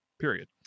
period